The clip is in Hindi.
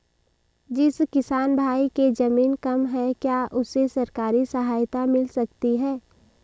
जिस किसान भाई के ज़मीन कम है क्या उसे सरकारी सहायता मिल सकती है?